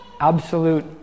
absolute